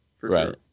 Right